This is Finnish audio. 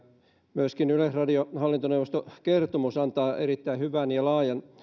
myöskin yleisradion hallintoneuvoston kertomus antaa erittäin hyvän ja laajan